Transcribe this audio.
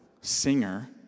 singer